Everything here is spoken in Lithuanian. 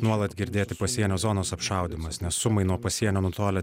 nuolat girdėti pasienio zonos apšaudymas nes sumai nuo pasienio nutolę